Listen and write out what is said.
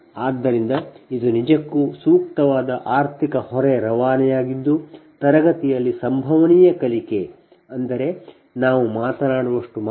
ಆದ್ದರಿಂದ ಇದು ನಿಜಕ್ಕೂ ಸೂಕ್ತವಾದ ಆರ್ಥಿಕ ಹೊರೆ ರವಾನೆಯಾಗಿದ್ದು ತರಗತಿಯಲ್ಲಿ ಸಂಭವನೀಯ ಕಲಿಕೆ ಎಂದರೆ ನಾವು ಮಾತನಾಡುವಷ್ಟು ಮಾತ್ರ